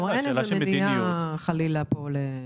כלומר, אין איזו מניעה, חלילה, פה.